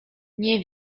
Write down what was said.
nie